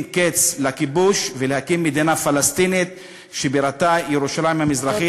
קץ לכיבוש ולהקים מדינה פלסטינית שבירתה ירושלים המזרחית,